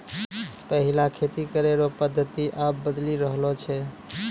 पैहिला खेती करै रो पद्धति आब बदली रहलो छै